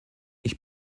ich